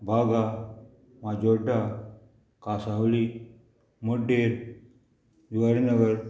बागा म्हाजोड्डा कासावली मड्डेर जुवारनगर